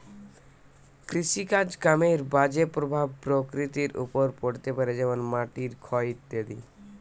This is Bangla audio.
কৃষিকাজ কামের বাজে প্রভাব প্রকৃতির ওপর পড়তে পারে যেমন মাটির ক্ষয় ইত্যাদি